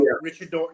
Richard